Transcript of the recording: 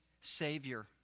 savior